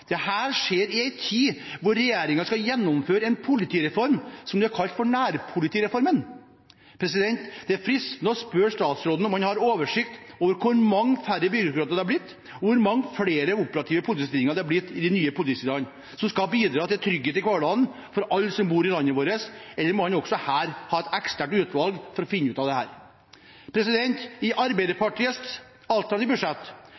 skjer i en tid hvor regjeringen skal gjennomføre en politireform som de har kalt nærpolitireformen. Det er fristende å spørre statsråden om han har oversikt over hvor mange færre byråkrater det har blitt, og hvor mange flere operative politistillinger det har blitt i de nye politidistriktene, som skal bidra til trygghet i hverdagen for alle som bor i landet vårt. Eller må han også her ha et eksternt utvalg for å finne ut av dette? I Arbeiderpartiets alternative budsjett